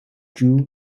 drew